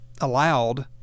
allowed